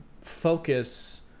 focus